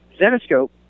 Zenoscope